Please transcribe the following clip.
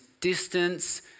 distance